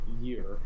year